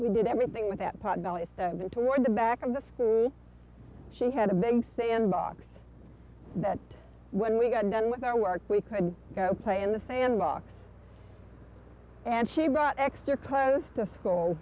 we did everything with that pot bellies and then toward the back of the school she had a big say in box that when we got done with our work we could go play in the sandbox and she brought extra clothes to school